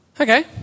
Okay